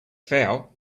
foul